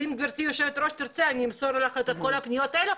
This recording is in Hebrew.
ואם גברתי יושבת הראש תרצה אני אמסור לך את כל הפניות האלה.